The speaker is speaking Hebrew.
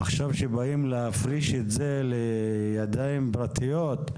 עכשיו כשבאים להפריש את זה לידיים פרטיות,